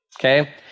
Okay